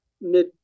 mid